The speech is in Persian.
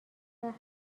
وقتی